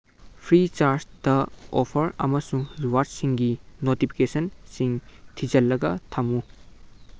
ꯐ꯭ꯔꯤꯆꯥꯔꯖꯇ offer ꯑꯝꯁꯨꯡ ꯔꯤꯋꯥꯔꯠꯁꯤꯡꯒꯤ ꯅꯣꯇꯤꯐꯤꯀꯦꯁꯟꯁꯤꯡ ꯊꯤꯖꯜꯂꯒ ꯊꯝꯃꯨ